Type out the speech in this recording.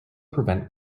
prevent